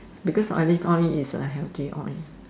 because Olive oil is a healthy oil